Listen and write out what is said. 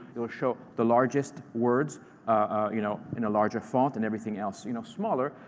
it will show the largest words you know in a larger font and everything else you know smaller.